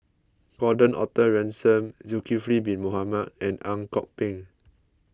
Gordon Arthur Ransome Zulkifli Bin Mohamed and Ang Kok Peng